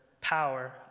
power